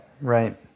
right